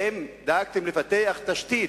האם דאגתם לפתח תשתית,